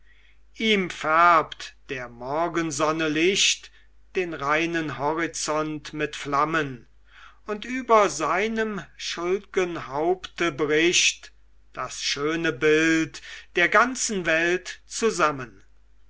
ihm färbt der morgensonne licht den reinen horizont mit flammen und über seinem schuld'gen haupte bricht das schöne bild der ganzen welt zusammen